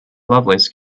lovelace